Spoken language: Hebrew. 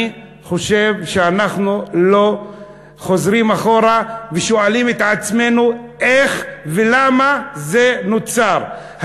שאנחנו לא חוזרים אחורה ושואלים את עצמנו איך ולמה זה נוצר,